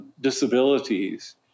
disabilities